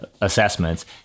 assessments